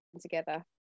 together